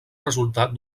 resultat